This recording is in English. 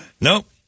Nope